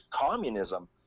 communism